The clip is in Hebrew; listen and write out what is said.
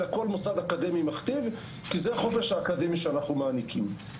אלא כל מוסד אקדמי מכתיב כי זה החופש האקדמי שאנחנו מעניקים.